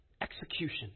Execution